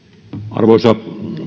arvoisa